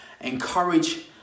encourage